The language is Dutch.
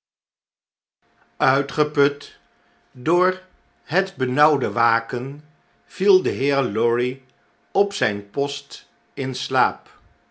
uitgeput door het benauwde waken viel de heer lorry op zyn post in slaap